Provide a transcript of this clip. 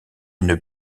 une